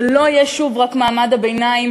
זה לא יהיה שוב רק מעמד הביניים,